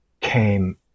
came